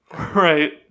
right